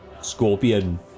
scorpion